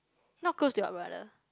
not close to your brother